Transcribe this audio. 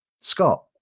Scott